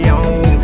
on